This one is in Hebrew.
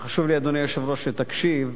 חשוב לי, אדוני היושב-ראש, שתקשיב.